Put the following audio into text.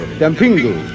dampingu